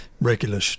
regular